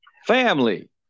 family